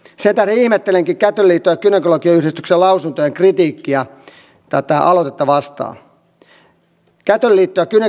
sen tähden ihmettelenkin kätilöliiton ja gynekologiyhdistyksen lausuntoa ja kritiikkiä tätä aloitetta vastaan